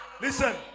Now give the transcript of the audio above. Listen